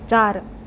चार